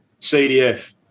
CDF